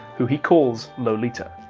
who he calls lolita.